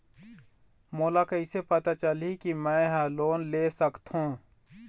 मोला कइसे पता चलही कि मैं ह लोन ले सकथों?